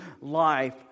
life